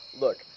Look